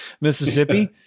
Mississippi